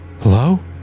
Hello